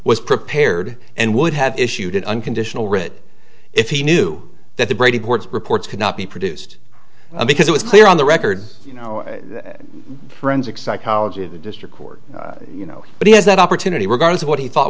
was prepared and would have issued an unconditional writ if he knew that the brady board's reports could not be produced because it was clear on the record you know forensic psychology of the district court you know but he has that opportunity we're going to say what he thought